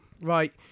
Right